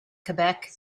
quebec